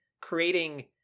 creating